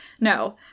No